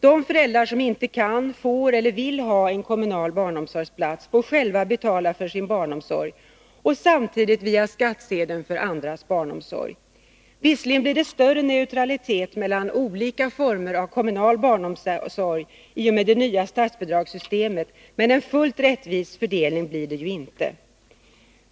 De föräldrar som inte får eller vill ha en kommunal barnomsorgsplats får själva betala för sin barnomsorg — och samtidigt via skattsedeln för andras barnomsorg. Visserligen blir det större neutralitet mellan olika former av kommunal barnomsorg i och med det nya statsbidragssystemet, men en fullt rättvis fördelning blir det inte.